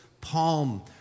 palm